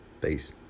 Peace